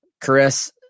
Chris